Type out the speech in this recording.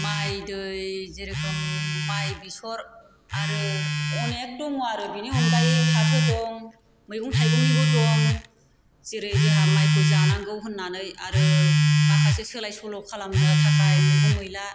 माइ दै जेरोखम माइ बेसर आरो अनेक दं आरो बेनि अनगायै फाथो दं मैगं थायगंनिबो दं जेरै जोंहा माइखौ जानांगौ होननानै माखासे सोलाय सोल' खालामनो थाखाय मैगं मैला